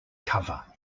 cover